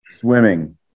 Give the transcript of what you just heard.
swimming